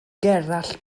gerallt